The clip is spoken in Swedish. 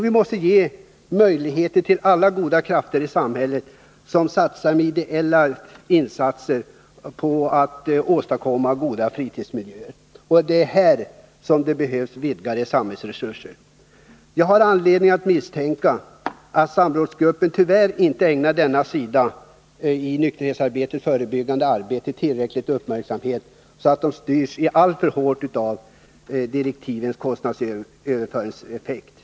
Vi måste ge möjligheter åt alla goda krafter i samhället som bidrar med idéella insatser för att åstadkomma goda, positiva fritidsmiljöer. Det är här det behövs vidgade samhällsresurser. Jag har anledning att misstänka att samordningsgruppen tyvärr inte ägnar denna sida av nykterhetsarbetets förebyggande arbete tillräcklig uppmärksamhet och att den styrs alltför hårt av direktivens kostnadsaspekt.